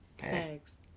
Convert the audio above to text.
Thanks